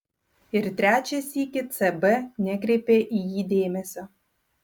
ir trečią sykį cb nekreipė į jį dėmesio